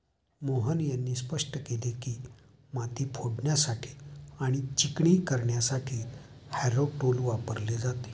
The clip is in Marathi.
मोहन यांनी स्पष्ट केले की, माती फोडण्यासाठी आणि चिकणी करण्यासाठी हॅरो टूल वापरले जाते